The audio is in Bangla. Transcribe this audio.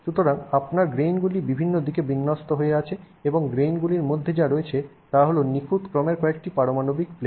সুতরাং আপনার গ্রেইনগুলি বিভিন্ন দিকে বিন্যস্ত হয়ে আছে এবং গ্রেইনগুলির মধ্যে যা রয়েছে তা হল নিখুঁত ক্রমের কয়েকটি পারমাণবিক প্লেন